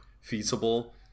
feasible